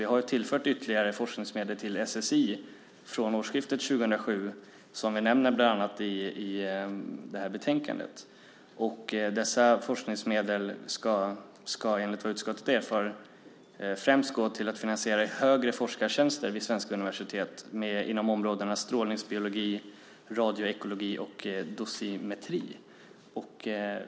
Vi har tillfört ytterligare forskningsmedel till SSI från årsskiftet 2007, som vi bland annat nämner i betänkandet. Dessa forskningsmedel ska enligt vad utskottet erfar främst gå till att finansiera högre forskartjänster vid svenska universitet på områdena strålningsbiologi, radioekologi och dosimetri.